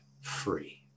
free